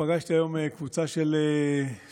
פגשתי היום קבוצה של סטודנטים.